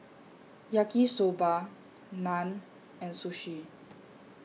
Yaki Soba Naan and Sushi